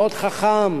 של מי אשם,